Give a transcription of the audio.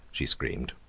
she screamed,